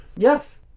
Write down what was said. Yes